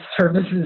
services